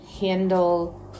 handle